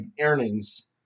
earnings